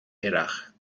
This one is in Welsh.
hirach